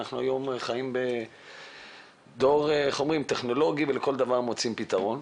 היום אנחנו חיים בדור טכנולוגי ולכל דבר מוצאים פתרון,